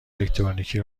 الکترونیکی